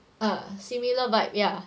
ah similar but yeah